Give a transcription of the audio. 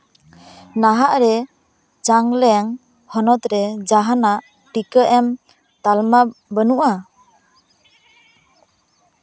ᱱᱟᱦᱟᱜ ᱨᱮ ᱪᱟᱝᱞᱟᱝ ᱦᱚᱱᱚᱛ ᱨᱮ ᱡᱟᱦᱟᱱᱟᱜ ᱴᱤᱠᱟᱹ ᱮᱢ ᱛᱟᱞᱢᱟ ᱵᱟ ᱱᱩᱜᱼᱟ